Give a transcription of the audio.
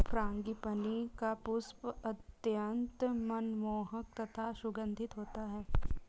frangipani का पुष्प अत्यंत मनमोहक तथा सुगंधित होता है